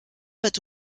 wird